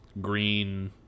green